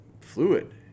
fluid